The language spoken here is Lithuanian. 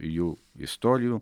jų istorijų